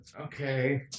okay